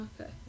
Okay